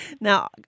Now